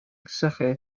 sychu